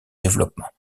développement